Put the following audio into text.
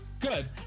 Good